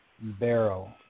barrel